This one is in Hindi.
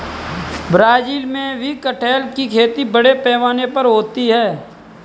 ब्राज़ील में भी कटहल की खेती बड़े पैमाने पर होती है